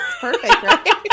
perfect